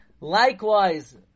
Likewise